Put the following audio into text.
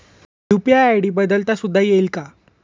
UPI ID बदलता सुद्धा येईल का?